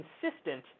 consistent